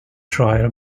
trial